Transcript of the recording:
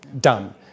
Done